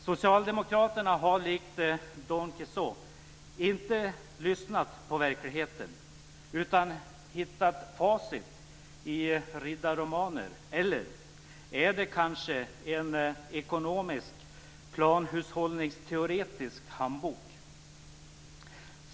Socialdemokraterna har likt Don Quijote inte lyssnat på verkligheten utan har hittat facit i riddarromaner, eller är det kanske en ekonomisk planhushållningsteoretisk handbok?